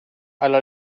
alla